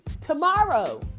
tomorrow